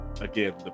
Again